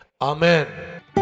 Amen